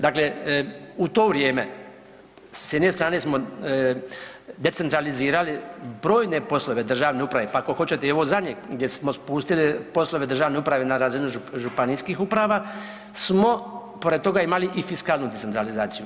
Dakle, u to vrijeme s jedne strane smo decentralizirali brojne poslove državne uprave, pa ako hoćete i ovo zadnje gdje smo spustili poslove državne uprave na razinu županijskih uprava smo pored toga imali i fiskalnu decentralizaciju.